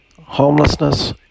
Homelessness